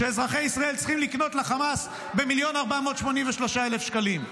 שאזרחי ישראל צריכים לקנות לחמאס במיליון ו-483,000 שקלים.